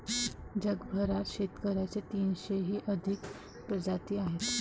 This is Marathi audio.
जगभरात शेळीच्या तीनशेहून अधिक प्रजाती आढळतात